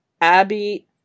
Abby